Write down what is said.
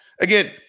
Again